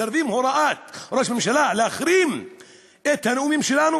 מסרבים להוראת ראש ממשלה להחרים את הנאומים שלנו?